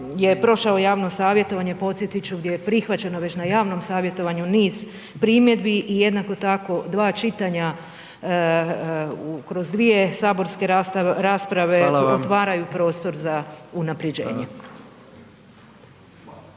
je prošao javno savjetovanje, podsjetit ću, gdje je prihvaćeno već na javnom savjetovanju niz primjedbi i jednako tako, dva čitanja kroz dvije saborske rasprave .../Upadica: Hvala vam./...